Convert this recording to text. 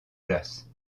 place